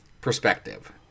perspective